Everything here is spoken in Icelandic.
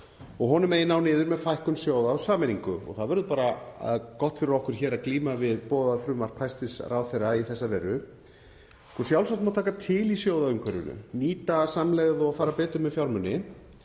að honum megi ná niður með fækkun sjóða og sameiningu. Það verður bara gott fyrir okkur hér að glíma við boðað frumvarp hæstv. ráðherra í þá veru. Sjálfsagt má taka til í sjóðaumhverfinu, nýta samlegð og fara betur með fjármuni.